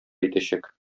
итәчәк